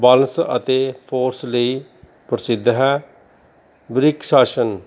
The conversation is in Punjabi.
ਬੈਂਲਸ ਅਤੇ ਫੋਰਸ ਲਈ ਪ੍ਰਸਿੱਧ ਹੈ ਬ੍ਰਿਕਸ਼ ਆਸਣ